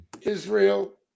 Israel